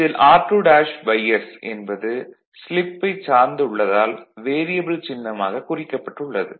இதில் r2s என்பது ஸ்லிப்பைச் சார்ந்து உள்ளதால் வேரியபல் சின்னமாக குறிக்கப்பட்டு உள்ளது